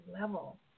level